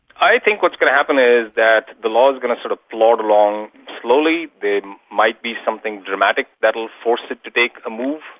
i think what's going to happen is that the law is going to sort of plod along slowly. there might be something dramatic that will force it to take a move.